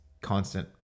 constant